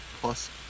plus